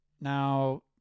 Now